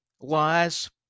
lies